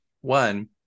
one